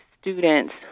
students